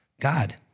God